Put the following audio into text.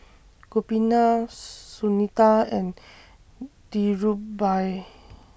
Gopinath Sunita and Dhirubhai